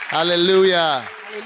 Hallelujah